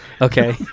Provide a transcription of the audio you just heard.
Okay